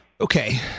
Okay